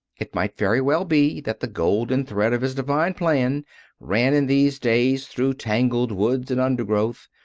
it might very well be that the golden thread of his divine plan ran in these days through tangled woods and undergrowth,